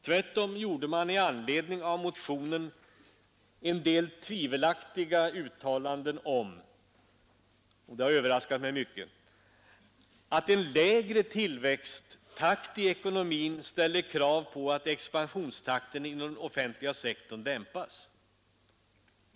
Tvärtom gjorde man i anledning av motionen en del tvivelaktiga uttalanden om det har överraskat mig mycket att en lägre tillväxttakt i ekonomin ställer krav på att expansionstakten inom den offentliga sektorn dämpas.